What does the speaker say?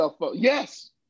Yes